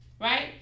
Right